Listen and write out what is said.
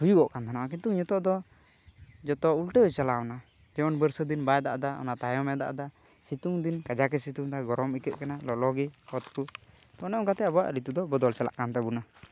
ᱦᱩᱭᱩᱜ ᱠᱟᱱ ᱛᱟᱦᱮᱱᱟ ᱠᱤᱱᱛᱩ ᱱᱤᱛᱚᱜ ᱫᱚ ᱡᱚᱛᱚ ᱩᱞᱴᱟᱹ ᱪᱟᱞᱟᱣᱮᱱᱟ ᱡᱮᱢᱚᱱ ᱵᱟᱹᱨᱥᱟᱹ ᱫᱤᱱ ᱵᱟᱭ ᱫᱟᱜ ᱮᱫᱟ ᱚᱱᱟ ᱛᱟᱭᱚᱢᱮ ᱫᱟᱜ ᱮᱫᱟ ᱥᱤᱛᱩᱝ ᱫᱤᱱ ᱠᱟᱡᱟᱠᱮ ᱥᱤᱛᱩᱝ ᱮᱫᱟ ᱜᱚᱨᱚᱢ ᱟᱹᱭᱠᱟᱹᱜ ᱠᱟᱱᱟ ᱞᱚᱞᱚ ᱜᱮ ᱚᱛ ᱠᱚ ᱛᱚ ᱚᱱᱮ ᱚᱱᱠᱟᱛᱮ ᱟᱵᱚᱣᱟᱜ ᱨᱤᱛᱩ ᱫᱚ ᱵᱚᱫᱚᱞ ᱪᱟᱞᱟᱜ ᱠᱟᱱ ᱛᱟᱵᱚᱱᱟ